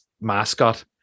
mascot